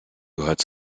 gehört